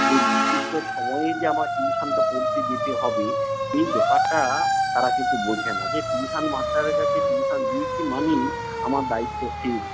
যে নির্দিষ্ট সময়ে যে আমার টিউশনটা পড়তে যেতে হবে এই ব্যাপারটা তারা কিন্তু বোঝে না যে টিউশন মাস্টারের কাছে টিউশন দিয়েছি মানেই আমার দায়িত্ব শেষ